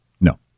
No